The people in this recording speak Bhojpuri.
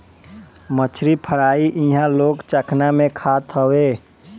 मछरी फ्राई इहां लोग चखना में खात हवे